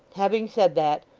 having said that,